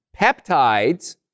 peptides